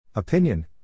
Opinion